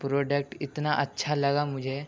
product اتنا اچھا لگا مجھے